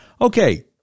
Okay